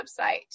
website